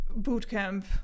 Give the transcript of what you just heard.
bootcamp